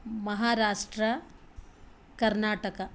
Maharashtra Karnataka